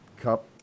cup